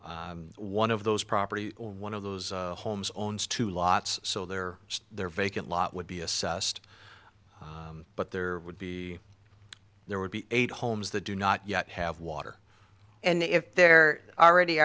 one of those properties one of those homes owns two lots so there there vacant lot would be assessed but there would be there would be eight homes they do not yet have water and if they're already